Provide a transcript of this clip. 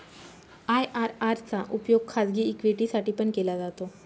IRR चा उपयोग खाजगी इक्विटी साठी पण केला जातो